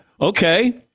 okay